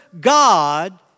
God